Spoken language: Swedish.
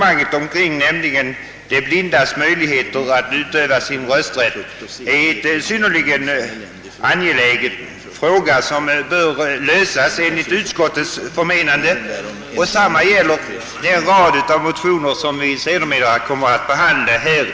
Han tog upp ett resonemang om deras möjligheter att utöva sin rösträtt, vilket är en synnerligen angelägen fråga som enligt utskottets förmenande bör lösas. Detsamma gäller de spörsmål som tas upp i den rad av motioner, vilka sedermera kommer att behandlas i dag.